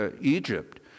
Egypt